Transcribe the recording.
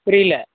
புரியிலை